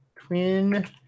Twin